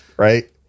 Right